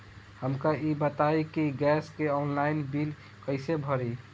हमका ई बताई कि गैस के ऑनलाइन बिल कइसे भरी?